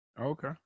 Okay